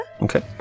Okay